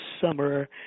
summer